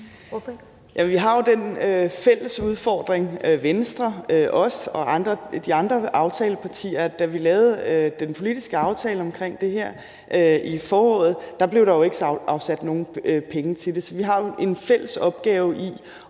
vi har jo den fælles udfordring – både Venstre og de andre aftalepartier – at da vi lavede den politiske aftale omkring det her i foråret, blev der ikke afsat nogen penge til det. Så vi har jo en fælles opgave i